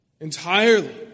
entirely